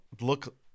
look